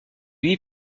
huit